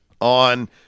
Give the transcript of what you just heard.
on